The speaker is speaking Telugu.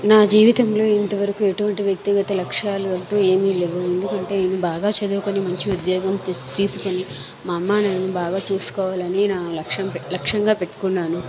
నా జీవితంలో ఇంతవరకు ఎటువంటి వ్యక్తిగత లక్ష్యాలు అంటూ ఏమీ లేవు ఎందుకంటే నేను బాగా చదువుకొని మంచి ఉద్యోగం తీసుకొని మా అమ్మా నాన్నని బాగా చూసుకోవాలని నా లక్ష్యం లక్ష్యంగా పెట్టుకున్నాను